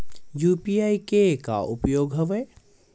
UPI के का उपयोग हवय?